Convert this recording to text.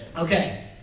Okay